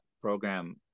program